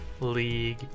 League